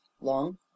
long